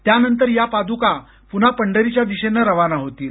त्यानंतर या पाद्का पुन्हा पंढरीच्या दिशेनं रवाना होतील